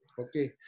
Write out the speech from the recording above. Okay